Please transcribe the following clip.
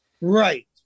Right